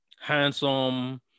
handsome